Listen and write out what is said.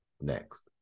next